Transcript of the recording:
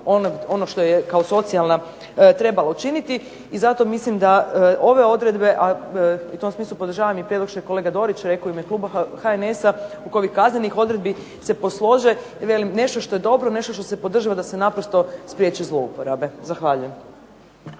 ono što je kao socijalna trebala učiniti. I zato mislim da ove odredbe, a u tom smislu podržavam i prijedlog što je kolega Dorić rekao u ime kluba HNS-a oko ovih kaznenih odredbi se poslože. Velim nešto što je dobro, nešto što se podržava da se naprosto spriječe zlouporabe. Zahvaljujem.